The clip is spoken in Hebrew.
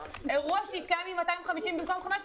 אירוע שהתקיים עם 250 איש במקום 500 איש,